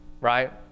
right